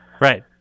Right